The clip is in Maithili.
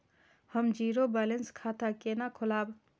हम जीरो बैलेंस खाता केना खोलाब?